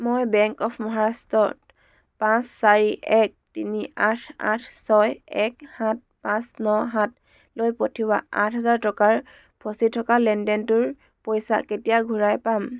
মই bank of মহাৰাষ্ট্ৰত পাঁচ চাৰি এক তিনি আঠ আঠ ছয় এক সাত পাঁচ ন সাতলৈ পঠিওৱা আঠ হেজাৰ টকাৰ ফচি থকা লেনদেনটোৰ পইচা কেতিয়া ঘূৰাই পাম